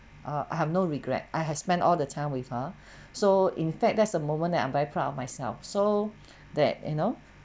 uh I have no regrets I have spent all the time with her so in fact there's the moment that I'm very proud of myself so that you know